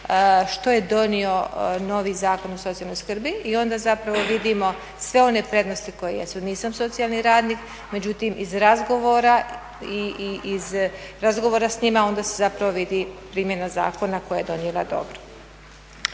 što je donio novi Zakon o socijalnoj skrbi i onda zapravo vidimo sve one prednosti koje jesu. Nisam socijalni radnik, međutim iz razgovora i iz razgovora s njima onda se zapravo vidi primjena zakon koja je donijela dobro.